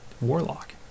warlock